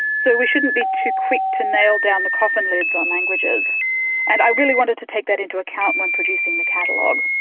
so we shouldn't be too quick to nail down the coffin lids on languages and i really wanted to take that into account when producing the catalogue.